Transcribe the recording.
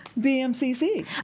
BMCC